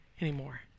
anymore